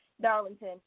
Darlington